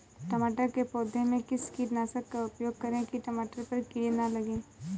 टमाटर के पौधे में किस कीटनाशक का उपयोग करें कि टमाटर पर कीड़े न लगें?